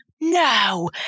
no